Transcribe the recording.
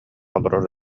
олорор